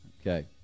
Okay